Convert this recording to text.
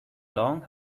long